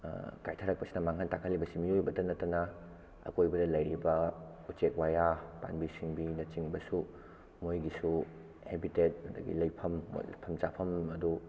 ꯀꯥꯏꯊꯔꯛꯄꯁꯤꯅ ꯃꯥꯡꯍꯟ ꯇꯥꯛꯍꯟꯂꯤꯕꯁꯦ ꯃꯤꯑꯣꯏꯕꯇꯥ ꯅꯠꯇꯅ ꯑꯀꯣꯏꯕꯗ ꯂꯩꯔꯤꯕ ꯎꯆꯦꯛ ꯋꯥꯌꯥ ꯄꯥꯟꯕꯤ ꯁꯤꯡꯕꯤꯅ ꯆꯤꯡꯕꯁꯨ ꯃꯣꯏꯒꯤꯁꯨ ꯍꯦꯕꯤꯇꯦꯠ ꯑꯗꯒꯤ ꯂꯩꯐꯝ ꯃꯣꯏ ꯂꯩꯐꯝ ꯆꯐꯝ ꯑꯗꯨ